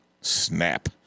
Snap